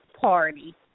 party